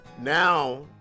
now